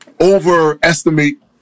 overestimate